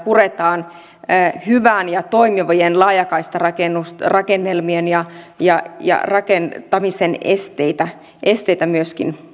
puretaan ja hyvien ja toimivien laajakaistarakennelmien ja ja rakentamisen esteitä esteitä myöskin